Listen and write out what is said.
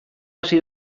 hasi